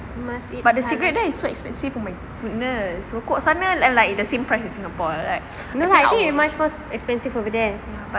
but the cigarette there so expensive oh my goodness rokok sana like the same price as singapore ya